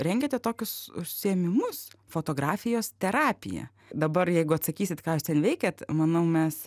rengėte tokius užsiėmimus fotografijos terapija dabar jeigu atsakysit ką jūs ten veikėt manau mes